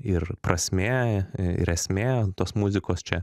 ir prasmė ir esmė tos muzikos čia